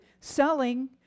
selling